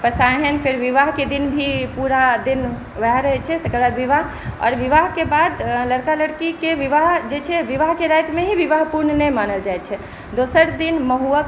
पसाहनि फेर विवाहके दिन भी पूरा दिन वएह रहै छै तकर बाद विवाह आओर विवाहके बाद लड़का लड़कीके विवाह जे छै विवाहके रातिमे ही विवाह पूर्ण नहि मानल जाइ छै दोसर दिन मउहक